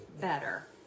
better